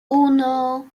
uno